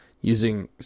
using